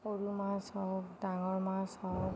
সৰু মাছ হওক ডাঙৰ মাছ হওক